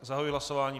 Zahajuji hlasování.